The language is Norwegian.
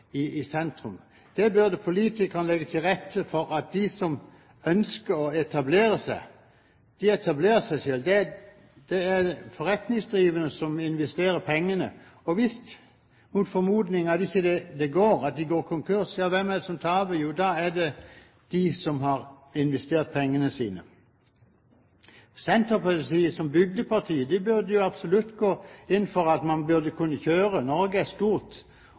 også i sentrum. Politikerne burde legge til rette for at de som ønsker å etablere seg, etablerer seg. Det er forretningsdrivende som investerer pengene, og hvis det mot formodning ikke går, at de går konkurs, hvem er det som taper? Jo, det er de som har investert pengene sine. Senterpartiet, som bygdeparti, burde absolutt gå inn for at man kunne kjøre. Norge er stort,